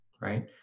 Right